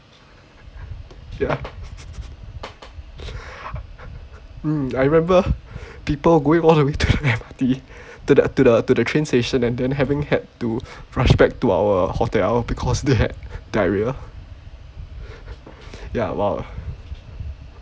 ya mm I remember people going all the way to the M_R_T to the to the train station and then having had to flash back to our hotel because they had diarrhea ya well